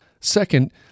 Second